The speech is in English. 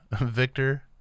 Victor